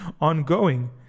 ongoing